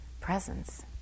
presence